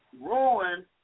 ruin